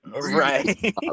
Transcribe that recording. right